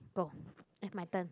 go eh my turn